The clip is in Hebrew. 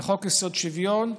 וחוק-יסוד: שוויון,